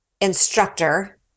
instructor